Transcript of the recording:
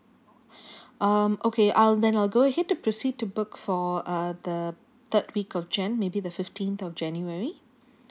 um okay I'll then I'll go ahead to proceed to book for uh the third week of jan maybe the fifteen of january